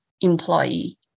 employee